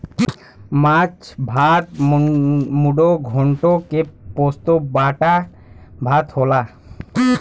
माछ भात मुडो घोन्टो के पोस्तो बाटा भात होला